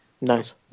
Nice